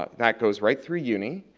ah that goes right through uni,